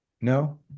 No